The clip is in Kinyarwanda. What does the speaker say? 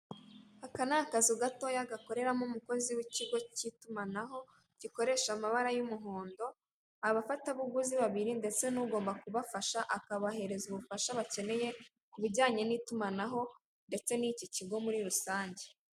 Aka ni akzu gatoya gakoreramo umukozi w'ikigo k'itumanaho, gikoresha amabara y'umuhondo, abafata buguzi babiri ndets n'ugomba kubafasha akabahereza ubufasha bakeneye, ku bijyanye n'itunamaho ndetse n'iki kigo muri rusange.